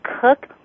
cook